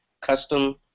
custom